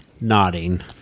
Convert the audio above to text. Nodding